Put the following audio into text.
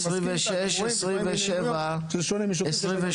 אני מסכים איתך שזה שונה משוטרים.